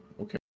okay